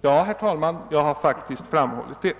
Ja, herr talman, jag har faktiskt framhållit det.